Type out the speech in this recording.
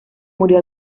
murió